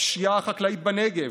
הפשיעה החקלאית בנגב,